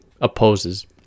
opposes